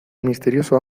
misterioso